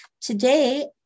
Today